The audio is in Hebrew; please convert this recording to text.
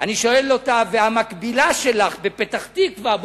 אני שואל אותה: והמקבילה שלך בפתח-תקווה,